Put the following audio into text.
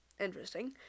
Interesting